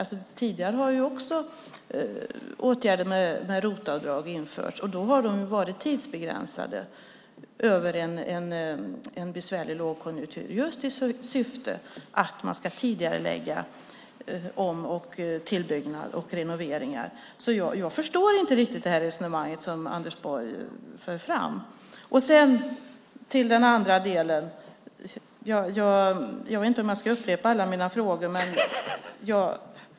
ROT-avdrag har ju införts även tidigare och då varit tidsbegränsade, över en besvärlig lågkonjunktur, just i syfte att människor skulle tidigarelägga om och tillbyggnader och renoveringar. Jag förstår alltså inte riktigt det resonemang som Anders Borg för fram. Sedan till den andra delen. Jag vet inte om jag ska upprepa alla mina frågor.